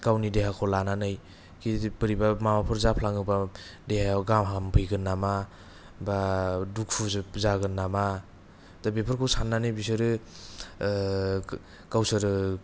गावनि देहाखौ लानानै खि बोरैबा माबाफोर जाफ्लाङोबा देहायाव गोहोम फैगोन नामा बा दुखु जागोन नामा दा बेफोरखौ सान्नानै बिसोरो गावसोरो